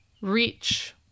Reach